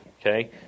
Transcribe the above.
okay